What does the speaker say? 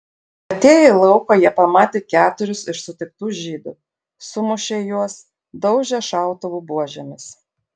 atėję į lauką jie pamatė keturis iš sutiktų žydų sumušė juos daužė šautuvų buožėmis